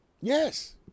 Yes